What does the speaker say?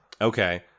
Okay